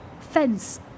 fence